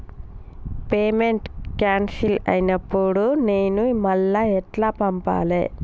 Payment cancel అయినపుడు నేను మళ్ళా ఎట్ల పంపాలే?